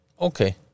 Okay